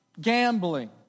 gambling